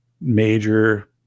major